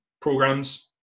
programs